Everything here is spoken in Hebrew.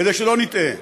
כדי שלא נטעה.